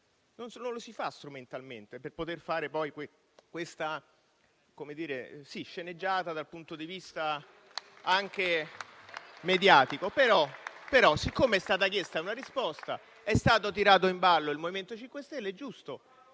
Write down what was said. Non lo si fa strumentalmente, per poter fare poi questa sceneggiata anche dal punto di vista mediatico. Tuttavia, siccome è stata chiesta una risposta ed è stato tirato in ballo il MoVimento 5 Stelle, è giusto